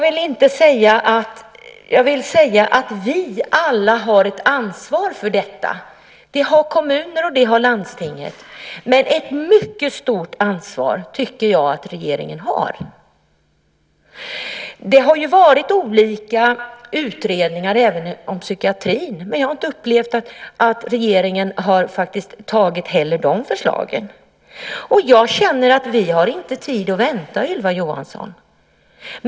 Vi alla har ett ansvar för detta. Kommunerna har det, och landstingen har det. Men jag tycker att regeringen har ett mycket stort ansvar. Det har gjorts olika utredningar även om psykiatrin, men jag har inte upplevt att regeringen har tagit till sig de förslagen. Jag känner att vi inte har tid att vänta, Ylva Johansson!